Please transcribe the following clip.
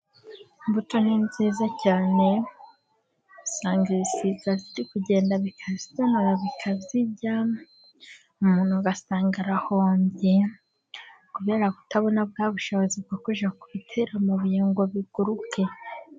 Imbuto ni nziza cyane，usange ibisiga biri kugenda bikazitonora bikazirya， umuntu ugasanga arahombye， kubera kutabona bwa bushobozi， bwo kujya ku bitera amabuye ngo biguruke.